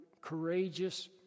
courageous